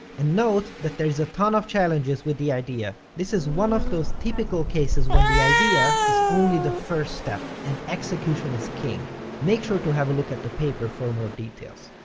and note that there is a ton of challenges with the idea, this is one of those typical cases when the idea is only the first step, and execution is king. make sure to have a look at the paper for more details.